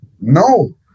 No